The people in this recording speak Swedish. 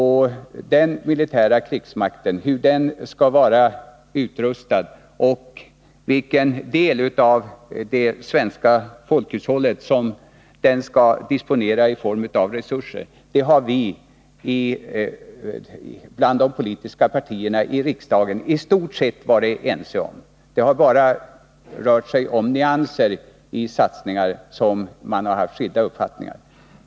Hur den militära krigsmakten skall vara utrustad och hur stor del av det svenska folkhushållets resurser som den skall disponera har de politiska partierna i riksdagenistort sett varit ense om. När det gäller de satsningarna är det bara i fråga om nyanser som man har haft skilda uppfattningar.